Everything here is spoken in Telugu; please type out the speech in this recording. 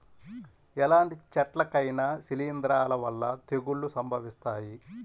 ఎలాంటి చెట్లకైనా శిలీంధ్రాల వల్ల తెగుళ్ళు సంభవిస్తాయి